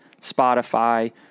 Spotify